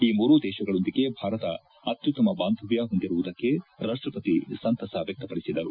ಈ ಮೂರೂ ದೇಶಗಳೊಂದಿಗೆ ಭಾರತ ಅತ್ಯುತ್ತಮ ಬಾಂಧವ್ಯ ಹೊಂದಿರುವುದಕ್ಕೆ ರಾಷ್ಟಪತಿ ಸಂತಸ ವ್ಯಕ್ತಪಡಿಸಿದರು